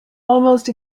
almost